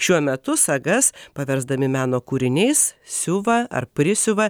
šiuo metu sagas paversdami meno kūriniais siuva ar prisiuva